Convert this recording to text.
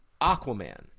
Aquaman